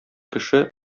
кеше